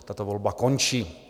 Tato volba končí.